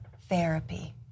therapy